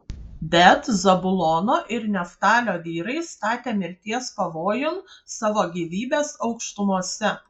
bet zabulono ir neftalio vyrai statė mirties pavojun savo gyvybes aukštumose